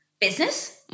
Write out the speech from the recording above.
business